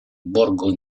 borgo